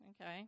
Okay